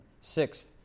Sixth